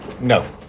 No